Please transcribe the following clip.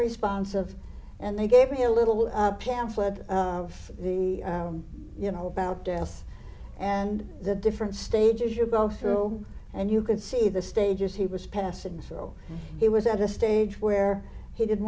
unresponsive and they gave me a little pamphlet of the you know about dallas and the different stages you go through and you could see the stages he was passing so he was at a stage where he didn't